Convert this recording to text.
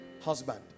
husband